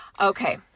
Okay